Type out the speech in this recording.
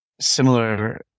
similar